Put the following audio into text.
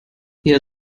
ihr